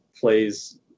plays